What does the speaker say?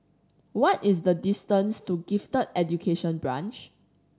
what is the distance to Gifted Education Branch